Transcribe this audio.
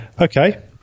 okay